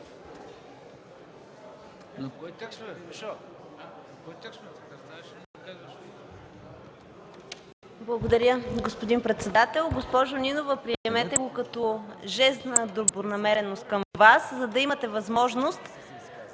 Благодаря, господин председател. Госпожо Нинова, приемете го като жест на добронамереност към Вас, за да имате възможност